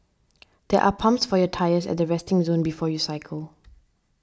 there are pumps for your tyres at the resting zone before you cycle